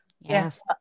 yes